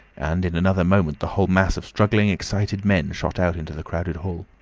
and in another moment the whole mass of struggling, excited men shot out into the crowded hall.